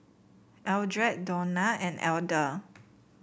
Eldred Dawna and Elder